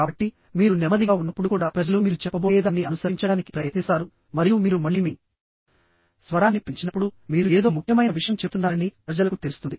కాబట్టి మీరు నెమ్మదిగా ఉన్నప్పుడు కూడా ప్రజలు మీరు చెప్పబోయేదాన్ని అనుసరించడానికి ప్రయత్నిస్తారు మరియు మీరు మళ్ళీ మీ స్వరాన్ని పెంచినప్పుడు మీరు ఏదో ముఖ్యమైన విషయం చెప్తున్నారని ప్రజలకు తెలుస్తుంది